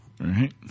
right